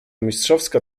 mistrzowska